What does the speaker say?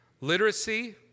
Literacy